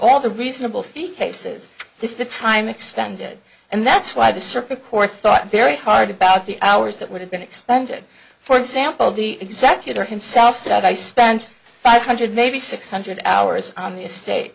all the reasonable fee cases this is the time expended and that's why the supreme court thought very hard about the hours that would have been expended for example the executor himself said i spent five hundred maybe six hundred hours on the estate